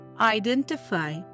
Identify